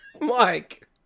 Mike